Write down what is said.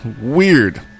Weird